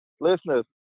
listeners